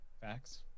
Facts